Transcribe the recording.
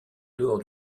dehors